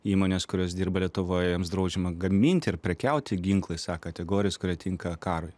įmonės kurios dirba lietuvoje joms draudžiama gaminti ir prekiauti ginklais a kategorijos kurie tinka karui